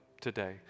today